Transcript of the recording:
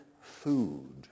food